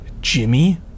Jimmy